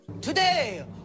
Today